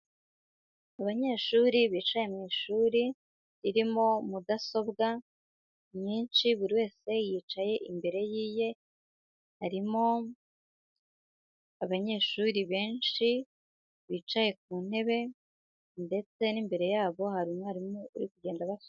Abanyeshuri bicaye mu ishuri, ririmo mudasobwa nyinshi, buri wese yicaye imbere y'iye, harimo abanyeshuri benshi bicaye ku ntebe, ndetse n'imbere yabo hari umwarimu uri kugenda abasoba...